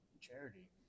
charity